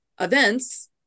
events